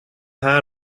haar